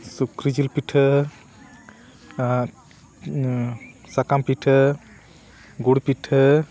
ᱥᱩᱠᱨᱤ ᱡᱤᱞ ᱯᱤᱴᱷᱟᱹ ᱟᱨ ᱥᱟᱠᱟᱢ ᱯᱤᱴᱷᱟᱹ ᱜᱩᱲ ᱯᱤᱴᱷᱟᱹ